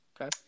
Okay